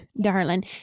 darling